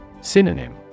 Synonym